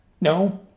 No